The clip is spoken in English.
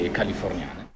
californiane